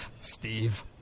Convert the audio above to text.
Steve